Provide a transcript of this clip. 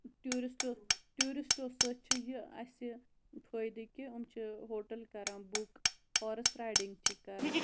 ٹوٗرِسٹو ٹوٗرِسٹو سۭتۍ چھ یہِ اَسہِ فٲیدٕ کہِ یِم چھِ ہوٹَل کَران بُک ہارس رایڈِنٛگ چھِ کَران